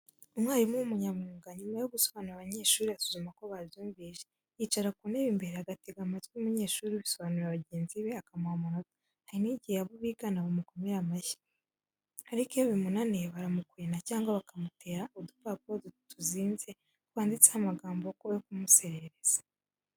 Umwarimu w'umunyamwuga, nyuma yo gusobanurira abanyeshuri asuzuma ko babyumvise, yicara ku ntebe imbere agatega amatwi umunyeshuri ubisobanurira bagenzi be, akamuha amanota, hari n'igihe abo bigana bamukomera amashyi, ariko iyo bimunaniye baramukwena cyangwa bakamutera udupapuro tuzinze twanditseho amagambo yo kumuserereza.